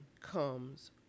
comes